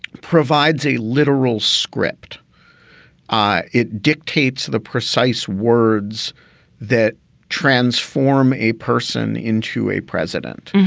provides a literal script ah it dictates the precise words that transform a person into a president.